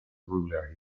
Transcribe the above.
ruler